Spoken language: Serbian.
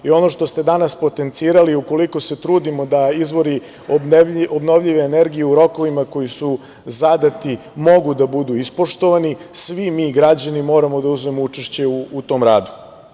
Ono što ste i danas potencirali, ukoliko se trudimo da izvori obnovljive energije u rokovima koji su zadati mogu da budu ispoštovani, svi mi građani moramo da uzmemo učešće u tom radu.